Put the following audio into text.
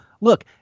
look